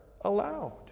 allowed